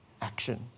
action